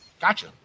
Gotcha